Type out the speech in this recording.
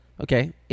Okay